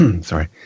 Sorry